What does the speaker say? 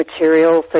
material